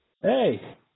Hey